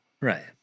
right